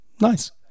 nice